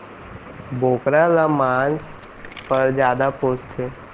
बोकरा ल मांस पर जादा पोसथें